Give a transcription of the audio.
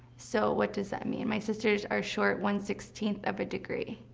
so what does that mean? my sisters are short one sixteen of a degree.